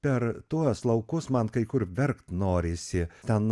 per tuos laukus man kai kur verkt norisi ten